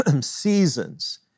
seasons